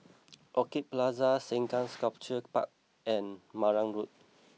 Orchid Plaza Sengkang Sculpture Park and Marang Road